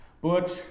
Butch